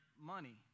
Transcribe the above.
money